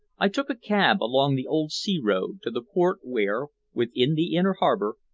i took a cab along the old sea-road to the port where, within the inner harbor,